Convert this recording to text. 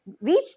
reach